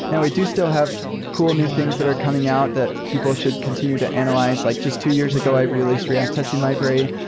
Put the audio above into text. and we do still have cool new things that are coming out that people should continue to analyze. like just two year ago, i released react testing library.